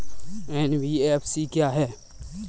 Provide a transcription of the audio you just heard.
NBFC क्या है?